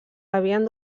havien